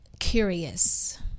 curious